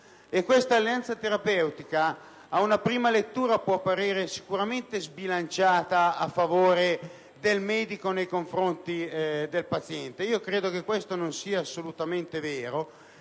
un'alleanza terapeutica che, ad una prima lettura, può apparire sbilanciata a favore del medico nei confronti del paziente. Io credo però che questo non sia assolutamente vero.